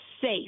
safe